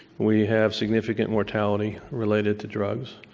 we have significant mortality related to drugs.